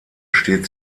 steht